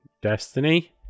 destiny